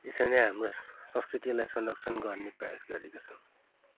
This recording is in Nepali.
यसरी नै हाम्रो संस्कृतिलाई संरक्षण गर्ने प्रयास गरेका छौँ